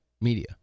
media